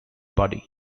body